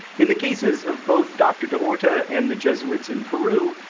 in the cases of both doctor da orta and the jesuits in peru,